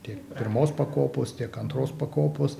tiek pirmos pakopos tiek antros pakopos